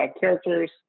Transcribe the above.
characters